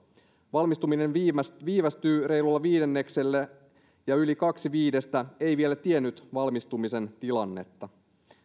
valmistuminen viivästyy viivästyy reilulla viidenneksellä ja yli kaksi viidestä ei vielä tiennyt valmistumisen tilannetta